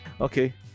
Okay